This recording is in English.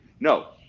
No